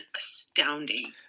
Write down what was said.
astounding